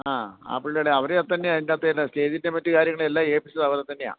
ആ പുളളിയുടെ അവരെത്തന്നെയാ അതിൻറ്റകത്ത് തന്നെ സ്റ്റേജിൻ്റെ മറ്റ് കാര്യങ്ങളെല്ലാം ഏൽപ്പിച്ചത് അവരെത്തന്നയാ